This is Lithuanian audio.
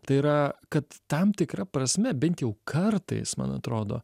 tai yra kad tam tikra prasme bent jau kartais man atrodo